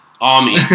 Army